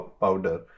powder